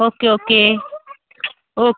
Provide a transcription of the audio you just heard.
okay okay O